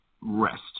rest